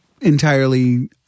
Entirely